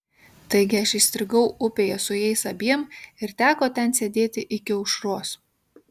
taigi aš įstrigau upėje su jais abiem ir teko ten sėdėti iki aušros